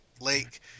Lake